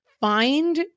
Find